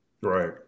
right